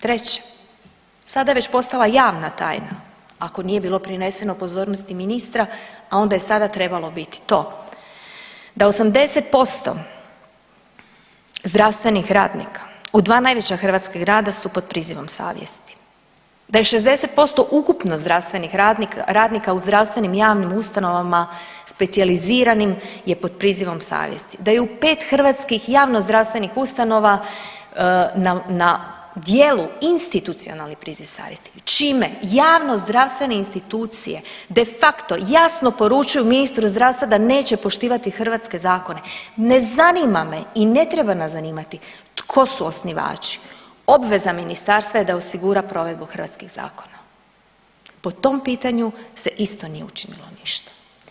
Treće, sada je već postala javna tajna, ako nije bilo prineseno pozornosti ministra, a onda je sada trebalo biti to da 80% zdravstvenih radnika u dva najveća hrvatska grada su pod prizivom savjesti, da je 60% ukupno zdravstvenih radnika u zdravstvenim javnim ustanovama specijaliziranim je pod prizivom savjesti, da je u 5 hrvatskih javnozdravstvenih ustanova na djelu institucionalni priziv savjesti čime javnozdravstvene institucije de facto jasno poručuju ministru zdravstva da neće poštivati hrvatske zakone, ne zanima me i ne treba nas zanimati tko su osnivači, obveza ministarstva je da osigura provedbu hrvatskih zakona, po tom pitanju se isto nije učinilo ništa.